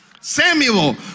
Samuel